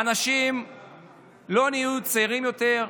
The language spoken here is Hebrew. האנשים לא נהיו צעירים יותר,